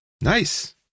nice